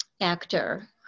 actor